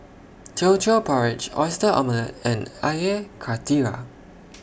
Teochew Porridge Oyster Omelette and Air Karthira